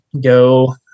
go